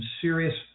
serious